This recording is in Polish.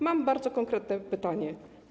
Mam bardzo konkretne pytanie.